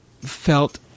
felt